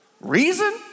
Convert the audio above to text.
reason